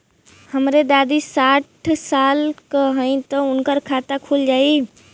हमरे दादी साढ़ साल क हइ त उनकर खाता खुल जाई?